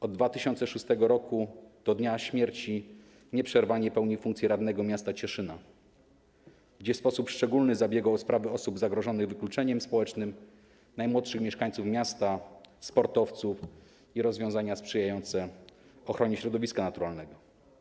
Od 2006 r. do dnia śmierci nieprzerwanie pełnił funkcję radnego miasta Cieszyna, gdzie w sposób szczególny zabiegał o sprawy osób zagrożonych wykluczeniem społecznym, najmłodszych mieszkańców miasta, sportowców i rozwiązania sprzyjające ochronie środowiska naturalnego.